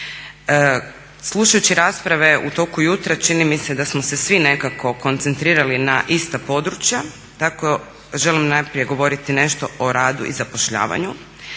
Slušajući rasprave u toku jutra čini mi se da smo se svi nekako koncentrirali na ista područja. Tako želim najprije govoriti nešto o radu i zapošljavanju